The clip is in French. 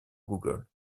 google